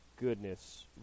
Goodness